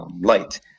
light